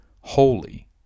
holy